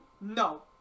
No